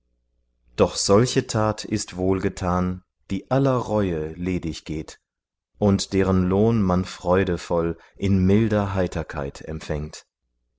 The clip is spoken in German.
doch solche tat ist wohlgetan die aller reue ledig geht und deren lohn man freudevoll in milder heiterkeit empfängt